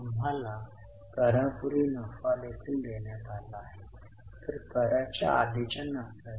आता बॅलन्स शीटवर जा आपण आयटम म्हणून बर्याच वस्तू चिन्हांकित केल्या आहेत